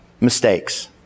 mistakes